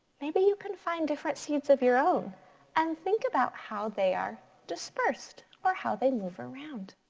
maybe you can find different seeds of your own and think about how they are dispersed or how they move around.